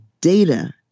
data